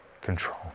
control